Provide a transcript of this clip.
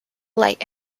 light